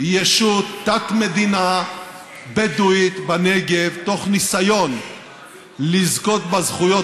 לא תקום ישות תת-מדינה בדואית בנגב תוך ניסיון לזכות בזכויות